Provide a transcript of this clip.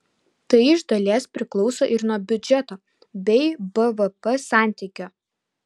tai iš dalies priklauso ir nuo biudžeto bei bvp santykio